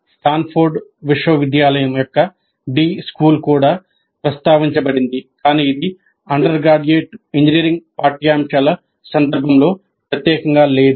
Stanford విశ్వవిద్యాలయం యొక్క D school కూడా ప్రస్తావించబడింది కాని ఇది అండర్గ్రాడ్యుయేట్ ఇంజనీరింగ్ పాఠ్యాంశాల సందర్భంలో ప్రత్యేకంగా లేదు